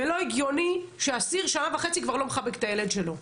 ולא הגיוני שאסיר כבר שנה וחצי לא מחבק את הילד שלו.